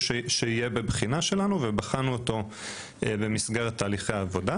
שיהיה בבחינה שלנו ובחנו אותו במסגרת של תהליכי העבודה,